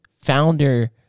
founder